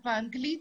ובשפה האנגלית.